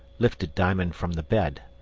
lifted diamond from the bed.